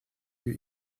you